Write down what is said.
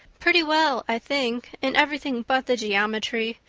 pretty well, i think, in everything but the geometry.